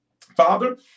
Father